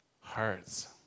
hearts